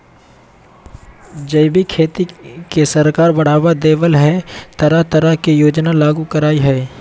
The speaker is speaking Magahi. जैविक खेती के सरकार बढ़ाबा देबय ले तरह तरह के योजना लागू करई हई